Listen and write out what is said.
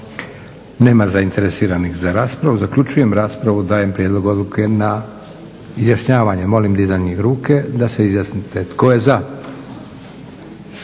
Nema zainteresiranih za raspravu. Zaključujem raspravu. Dajem prijedlog odluke na izjašnjavanje. Molim dizanjem ruke da se izjasnite tko je za?